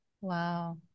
Wow